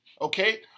okay